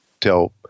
Tell